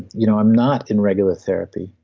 you know i'm not in regular therapy,